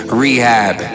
rehab